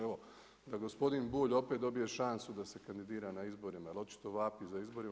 Evo da gospodin Bulj opet dobije šansu da se kandidira na izborima, jer očito vapi za izborima.